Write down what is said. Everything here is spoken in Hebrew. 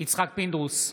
יצחק פינדרוס,